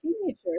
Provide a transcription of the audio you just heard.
teenager